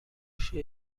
she